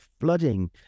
flooding